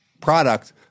product